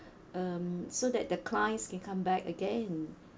um so that the clients can come back again